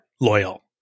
loyal